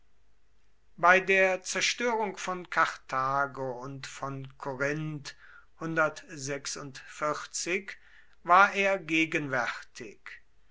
bei der zerstörung von karthago und von korinth war er gegenwärtig